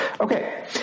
Okay